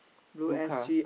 two car